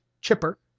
chipper